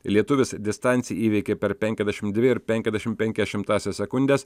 lietuvis distanciją įveikė per penkiasdešimt dvi ir penkiasdešimt penkias šimtąsias sekundės